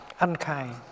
unkind